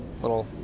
little